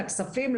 לכספים,